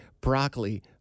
broccoli